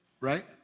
Right